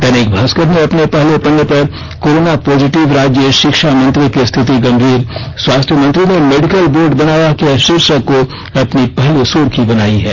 दैनिक भास्कर ने अपने पहले पन्ने पर कोरोना पॉजिटिव राज्य शिक्षामंत्री की स्थिति गंभीर स्वास्थमंत्री ने मेडिकल बोर्ड बनाया के शीर्षक को अपनी पहली सुर्खी बनाई है